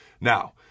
Now